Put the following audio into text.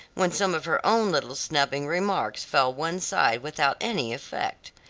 when some of her own little snubbing remarks fell one side without any effect.